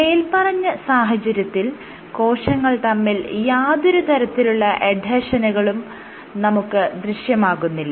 മേല്പറഞ്ഞ സാഹചര്യത്തിൽ കോശങ്ങൾ തമ്മിൽ യാതൊരു തരത്തിലുള്ള എഡ്ഹെഷനുകളും നമുക്ക് ദൃശ്യമാകുന്നില്ല